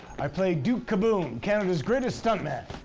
i play duke kaboom, canada's greatest stunt man.